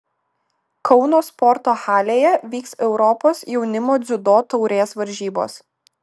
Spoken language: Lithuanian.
kauno sporto halėje vyks europos jaunimo dziudo taurės varžybos